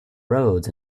roads